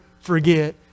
forget